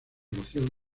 rocío